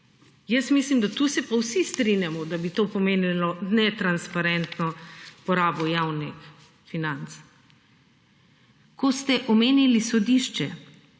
Jaz mislim, da tukaj se pa vsi strinjamo, da bi to pomenilo netransparentno porabo javnih financ. Ko ste omenili sodišče.